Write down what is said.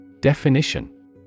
Definition